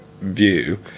view